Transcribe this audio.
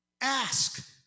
Ask